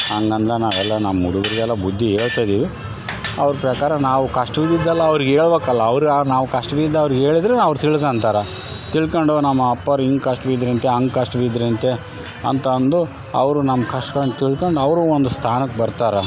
ಹಾಂಗೆ ನಂದು ನಾವೆಲ್ಲ ನಮ್ಮ ಹುಡುಗರಿಗೆಲ್ಲ ಬುದ್ಧಿ ಹೇಳ್ತಾ ಇದ್ದೀವಿ ಅವ್ರ ಪ್ರಕಾರ ನಾವು ಕಷ್ಟವಿದ್ದೆಲ್ಲ ಅವರಿಗೆ ಹೇಳಬೇಕಲ್ಲ ಅವ್ರು ಆ ನಾವು ಕಷ್ಟ ಬಿದ್ದು ಅವ್ರಿಗೆ ಹೇಳಿದ್ರೆ ಅವ್ರು ತಿಳ್ಕೋಳ್ತಾರೆ ತಿಳ್ಕೊಂಡು ನಮ್ಮ ಅಪ್ಪಾವರು ಹಿಂಗೆ ಕಷ್ಟಬಿದ್ರು ಅಂತೆ ಹಂಗೆ ಕಷ್ಟಬಿದ್ರು ಅಂತೆ ಅಂತ ಅಂದು ಅವರು ನಮ್ಮ ಕಷ್ಟವನ್ನ ತಿಳ್ಕೊಂಡು ಅವರು ಒಂದು ಸ್ಥಾನಕ್ಕೆ ಬರ್ತಾರೆ